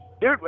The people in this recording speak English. Dude